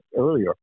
earlier